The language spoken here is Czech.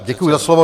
Děkuji za slovo.